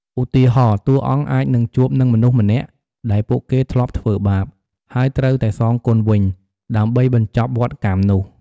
ឧទាហរណ៍ តួអង្គអាចនឹងជួបនឹងមនុស្សម្នាក់ដែលពួកគេធ្លាប់ធ្វើបាប ហើយត្រូវតែសងគុណវិញ ដើម្បីបញ្ចប់វដ្តកម្មនោះ។